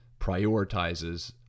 prioritizes